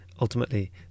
ultimately